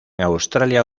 australia